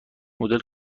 مدل